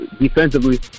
defensively